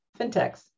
fintechs